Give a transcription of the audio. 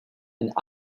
and